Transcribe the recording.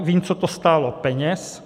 Vím, co to stálo peněz.